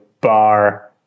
bar